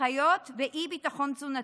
חיות באי-ביטחון תזונתי,